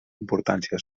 importància